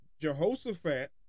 Jehoshaphat